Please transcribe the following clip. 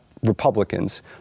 Republicans